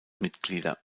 mitglieder